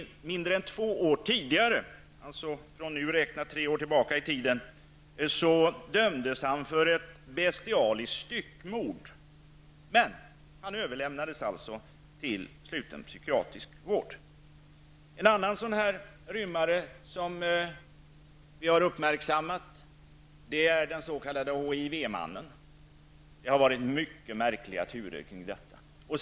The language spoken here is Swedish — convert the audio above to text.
Mindre än två år tidigare, tre år sedan -- alltså från nu räknat fördömdes han för ett bestialiskt styckmord, men överlämnades alltså till sluten psykiatrisk vård. En annan rymmare som vi har uppmärksammat är den s.k. HIV-mannen. Det har varit många märkliga turer kring detta fall.